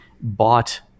bought